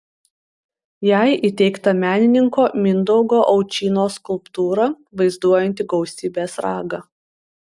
jai įteikta menininko mindaugo aučynos skulptūra vaizduojanti gausybės ragą